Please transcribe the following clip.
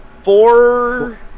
Four